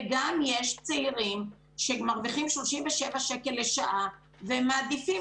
וגם יש צעירים שמרוויחים 37 שקל לשעה והם מעדיפים